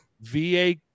VA